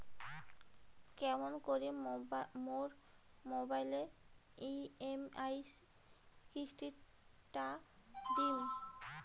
কেমন করি মোর মোবাইলের ই.এম.আই কিস্তি টা দিম?